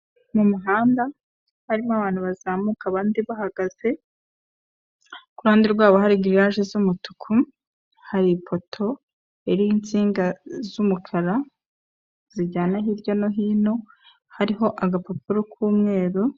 Mu muhanda harimo abantu bazamuka abandi bahagaze, ku ruhande rwabo hari giriyaje z'umutuku, hari ipoto, iriho insinga z'umukara, zijyana hirya no hino, hariho agapapuro k'umweru.